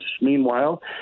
meanwhile